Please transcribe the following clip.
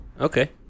Okay